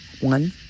one